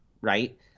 right